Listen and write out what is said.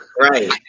Right